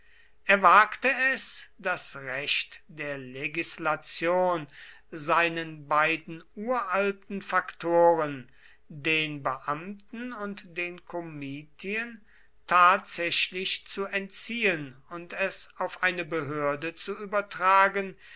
er wagte es das recht der legislation seinen beiden uralten faktoren den beamten und den komitien tatsächlich zu entziehen und es auf eine behörde zu übertragen